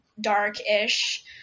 dark-ish